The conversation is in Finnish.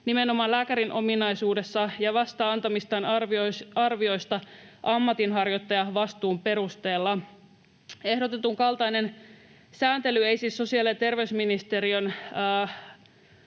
nimenomaan lääkärin ominaisuudessa ja vastaa antamistaan arvioista ammatinharjoittajan vastuun perusteella. Ehdotetun kaltainen sääntely ei siis sosiaali- ja terveysministeriön